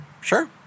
sure